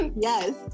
Yes